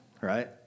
right